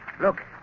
Look